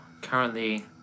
currently